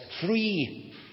free